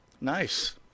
Nice